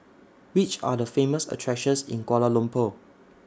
Which Are The Famous attractions in Kuala Lumpur